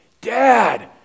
Dad